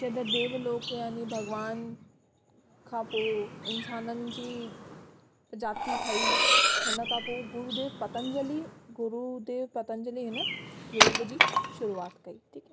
जॾहिं देवलोक यानि भगवान खां पोइ इन्साननि जी जाति ठही हुनखां पोइ गुरूदेव पंतजली गुरूदेव पंतजली हिन योग जी शुरूआत कईं अथईं